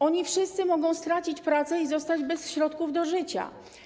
Oni wszyscy mogą stracić pracę i zostać bez środków do życia.